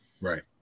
Right